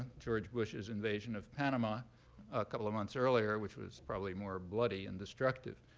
george bush's invasion of panama a couple of months earlier, which was probably more bloody and destructive.